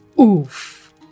Oof